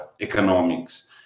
economics